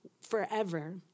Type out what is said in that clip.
forever